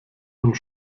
und